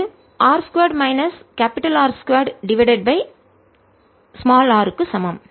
இது r 2 minus R 2 divided by r க்கு சமம்